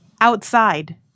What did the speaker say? outside